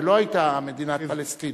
ולא היתה מדינת פלסטין.